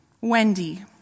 Wendy